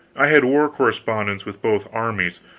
i had war correspondents with both armies.